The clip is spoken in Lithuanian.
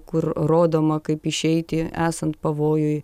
kur rodoma kaip išeiti esant pavojui